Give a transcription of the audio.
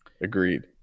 Agreed